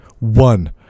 One